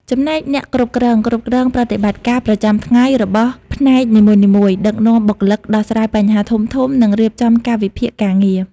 ចំណែកអ្នកគ្រប់គ្រង គ្រប់គ្រងប្រតិបត្តិការប្រចាំថ្ងៃរបស់ផ្នែកនីមួយៗ ដឹកនាំបុគ្គលិក ដោះស្រាយបញ្ហាធំៗ និងរៀបចំកាលវិភាគការងារ។